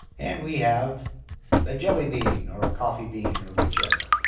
and we have a jelly bean, or a coffee bean, or whichever.